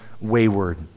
wayward